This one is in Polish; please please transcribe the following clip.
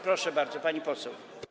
Proszę bardzo, pani poseł.